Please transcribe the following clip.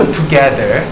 together